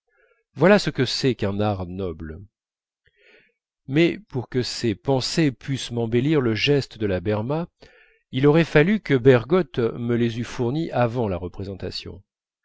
voilà ce que c'est qu'un art noble mais pour que ces pensées pussent m'embellir le geste de la berma il aurait fallu que bergotte me les eût fournies avant la représentation